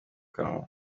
kanwa